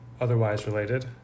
otherwise-related